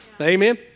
Amen